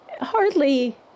hardly